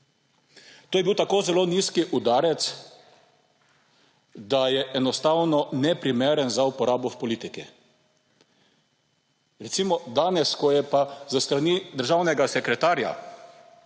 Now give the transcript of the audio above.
To je bil tako zelo nizki udarec, da je enostavno neprimeren za uporabo v politiki. Recimo danes, ko je pa s strani državnega sekretarja